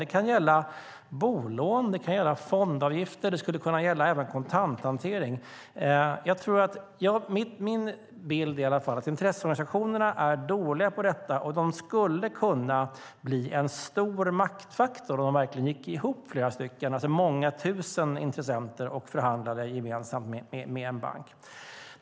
Det kan gälla bolån eller fondavgifter och också kontanthantering. Intresseorganisationerna är dåliga på detta, och de skulle kunna bli en stor maktfaktor om de verkligen gick ihop. Då är det många tusen intressenter som är med och förhandlar gemensamt med en bank.